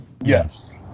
Yes